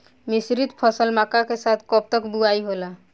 मिश्रित फसल मक्का के साथ कब तक बुआई होला?